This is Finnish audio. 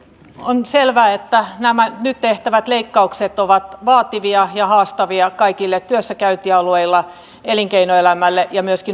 on selvää että nämä nyt tehtävät leikkaukset ovat vaativia ja haastavia kaikille työssäkäyntialueilla elinkeinoelämälle ja myöskin opiskelijoille